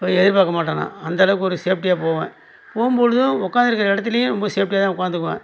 போய் எதிர்பார்க்கமாட்டேன் நான் அந்தளவுக்கு ஒரு சேஃப்ட்டியாக போவேன் போகும்பொழுதும் உட்காந்துருக்க இடத்துலையும் ரொம்ப சேஃப்ட்டியாக தான் உட்காந்துக்குவேன்